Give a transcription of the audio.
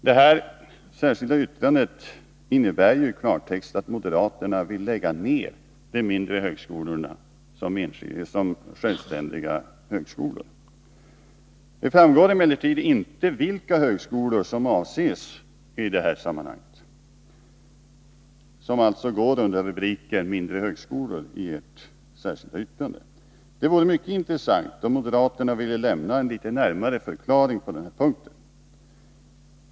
Det särskilda yttrandet innebär i klartext att moderaterna vill lägga ned de mindre högskolorna som självständiga högskolor. Det framgår emellertid inte vilka högskolor som avses i detta sammanhang och som alltså går under rubriken mindre högskolor i det särskilda yttrandet. Det vore mycket intressant om moderaterna ville lämna en närmare förklaring på den här punkten.